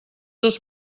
els